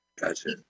Gotcha